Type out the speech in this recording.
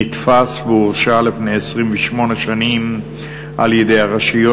נתפס והורשע לפני 28 שנים על-ידי הרשויות